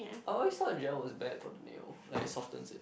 I always thought gel was bad for the nail like softens it